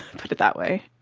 put it that way.